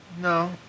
No